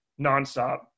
nonstop